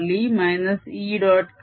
कर्लE E